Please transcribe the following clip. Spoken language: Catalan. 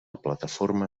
plataforma